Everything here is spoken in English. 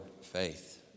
faith